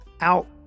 out